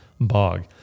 bog